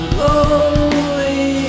lonely